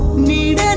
meet